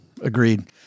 Agreed